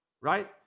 right